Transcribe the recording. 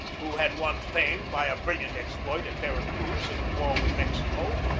who had won fame by a brilliant exploit at vera cruz in the war with mexico,